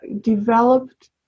developed